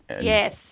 Yes